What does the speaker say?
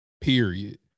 Period